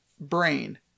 Brain